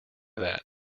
that